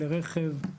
כלי רכב,